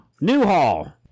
Newhall